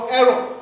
error